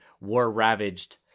war-ravaged